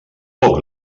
poc